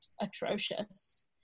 atrocious